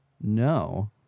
no